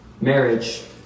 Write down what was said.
marriage